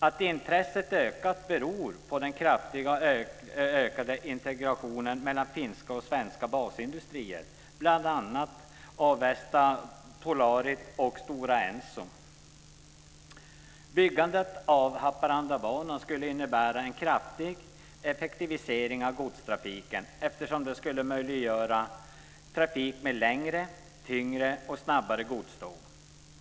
Att intresset har ökat beror på den kraftigt ökade integrationen mellan finska och svenska basindustrier, bl.a. Avesta Polarit och Stora Byggandet av Haparandabanan skulle innebära en kraftig effektivisering av godstrafiken eftersom det skulle möjliggöra trafik med längre, tyngre och snabbare godståg.